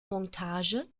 montage